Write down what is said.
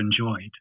enjoyed